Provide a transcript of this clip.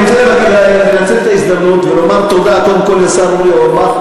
אני רוצה לנצל את ההזדמנות ולומר תודה קודם כול לשר אורי אורבך,